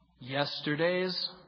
Yesterday's